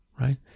right